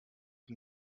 can